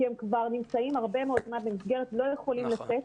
הם כבר נמצאים הרבה מאוד זמן במסגרת ולא יכולים לצאת.